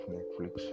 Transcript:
Netflix